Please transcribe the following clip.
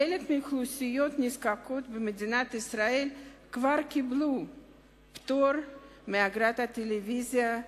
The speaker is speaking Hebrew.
חלק מהאוכלוסיות הנזקקות במדינת ישראל כבר קיבלו פטור מאגרת הטלוויזיה,